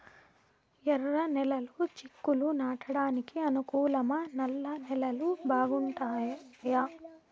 ఎర్రనేలలు చిక్కుళ్లు నాటడానికి అనుకూలమా నల్ల నేలలు బాగుంటాయా